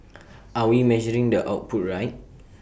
are we measuring the output right